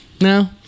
no